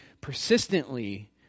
persistently